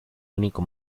único